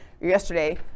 yesterday